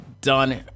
done